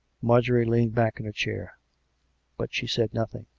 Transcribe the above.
marjorie leaned back in her chair but she said nothing.